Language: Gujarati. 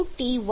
91